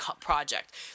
project